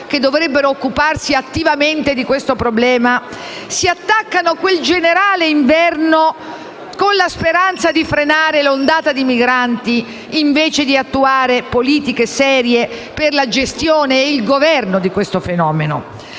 che dovrebbero occuparsi attivamente di questo problema, si attaccano al "Generale Inverno" con la speranza di frenare l'ondata di migranti invece di attuare politiche serie per la gestione e il governo di questo fenomeno.